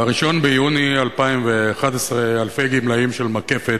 ב-1 ביוני 2011 ייוותרו אלפי גמלאים של "מקפת"